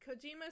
Kojima